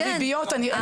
הריביות.